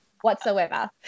whatsoever